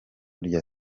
rya